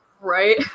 Right